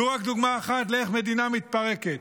זו רק דוגמה אחת לאיך מדינה מתפרקת.